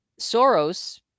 Soros